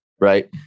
right